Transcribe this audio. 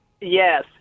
Yes